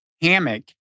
hammock